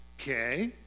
Okay